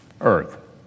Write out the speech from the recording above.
Earth